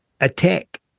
attack